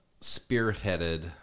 spearheaded